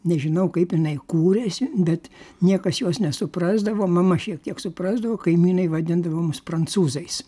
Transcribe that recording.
nežinau kaip jinai kūrėsi bet niekas jos nesuprasdavo mama šiek tiek suprasdavo kaimynai vadindavo mus prancūzais